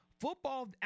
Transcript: football